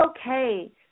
okay